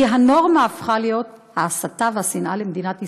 כי הנורמה הפכה להיות ההסתה והשנאה למדינת ישראל,